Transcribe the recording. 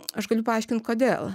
aš galiu paaiškint kodėl